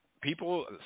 people –